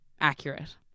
accurate